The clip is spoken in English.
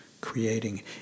creating